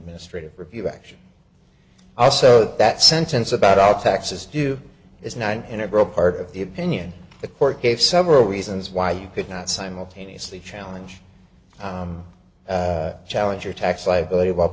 ministrative review action also that sentence about all taxes do is not an integral part of the opinion the court gave several reasons why you could not simultaneously challenge challenge your tax liability